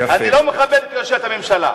אני לא מכבד את אושיית הממשלה.